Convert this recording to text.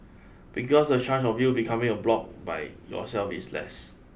because the chance of you becoming a bloc by yourself is less